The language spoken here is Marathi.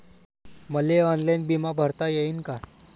मले ऑनलाईन बिमा भरता येईन का?